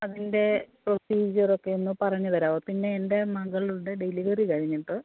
അതിൻ്റെ പ്രൊസീജിയർ ഒക്കെ ഒന്ന് പറഞ്ഞ് തരാമോ പിന്നെ എൻ്റെ മകളുടെ ഡെലിവറി കഴിഞ്ഞിട്ട്